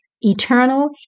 eternal